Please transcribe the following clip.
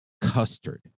custard